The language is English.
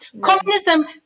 Communism